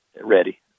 ready